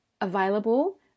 available